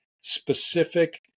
specific